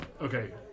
Okay